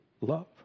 love